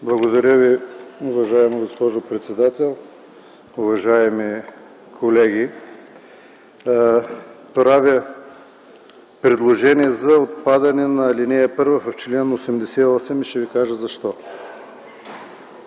Благодаря Ви, уважаема госпожо председател. Уважаеми колеги, правя предложение за отпадане на ал. 1 в чл. 88, и ще ви кажа защо.